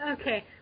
Okay